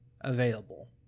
available